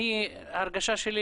ההרגשה שלי,